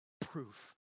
Proof